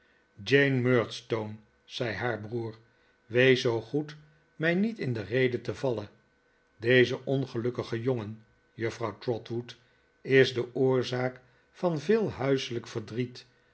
murdstone zei haar broer wees zoo goed mij niet in de rede te vallen deze ongelukkige jongen juffrouw trotwood is de oorzaak van veel huiselijk verdriet